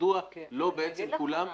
מדוע בעצם כולם --- אני אגיד לך למה.